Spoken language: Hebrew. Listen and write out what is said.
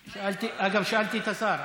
אגב, שאלתי את השר.